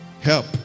help